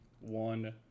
One